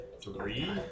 Three